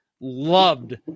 loved